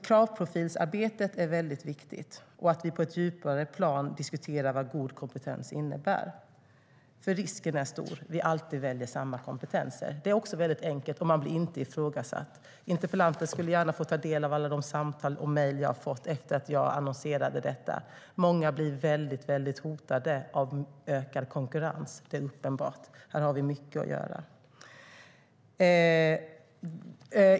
Kravprofilsarbetet är alltså mycket viktigt. Det är viktigt att vi på ett djupare plan diskuterar vad god kompetens innebär. Risken är annars stor att vi alltid väljer samma kompetenser eftersom det är enkelt och man inte blir ifrågasatt. Interpellanten skulle gärna få ta del av alla de samtal och mejl jag har fått efter att jag annonserade detta. Många känner sig väldigt hotade av ökad konkurrens. Det är uppenbart. Här har vi mycket att göra.